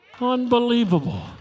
Unbelievable